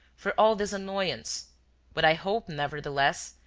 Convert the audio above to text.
for all this annoyance but i hope, nevertheless,